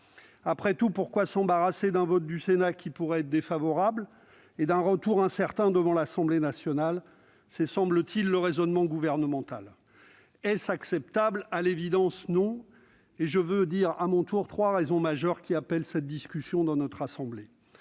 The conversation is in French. Après tout, pourquoi s'embarrasser d'un vote du Sénat qui pourrait être défavorable et d'un retour incertain devant l'Assemblée nationale ? C'est le raisonnement que semble faire le Gouvernement. Est-ce acceptable ? À l'évidence, non, et je veux citer les raisons majeures qui appellent cette discussion dans notre assemblée.